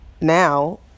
now